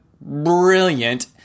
brilliant